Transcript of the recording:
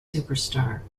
superstar